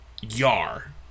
Yar